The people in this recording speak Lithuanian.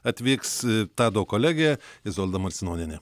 atvyks tado kolegė izolda marcinonienė